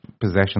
possession